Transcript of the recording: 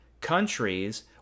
countries